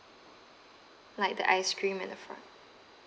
like the ice cream at the front